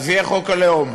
אז יהיה חוק הלאום,